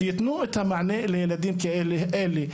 שייתנו את המענה לילדים האלה,